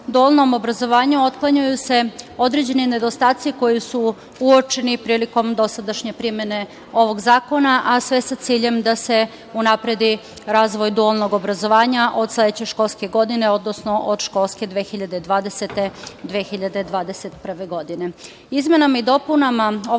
o dualnom obrazovanju otklanjaju se određeni nedostaci koji su uočeni prilikom dosadašnje primene ovog zakona, a sve sa ciljem da se unapredi razvoj dualnog obrazovanja od sledeće školske godine, odnosno od školske 2020/2021